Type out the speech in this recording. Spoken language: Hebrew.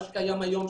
מה שקיים היום,